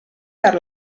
per